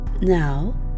Now